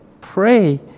Pray